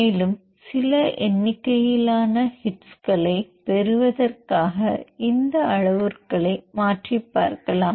மேலும் சில எண்ணிக்கையிலான ஹிட்ஸ்களை பெறுவதற்காக இந்த அளவுருக்களை மாற்றி பார்க்கலாம்